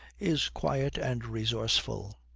is quiet and resourceful.